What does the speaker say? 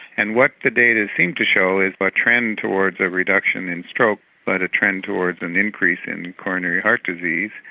and what the data seem to show is but a trend towards a reduction in stroke but a trend toward an increase in coronary heart disease.